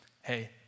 hey